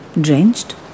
drenched